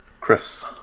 Chris